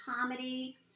comedy